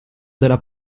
della